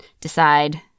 decide